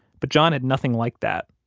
but john had nothing like that.